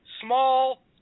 small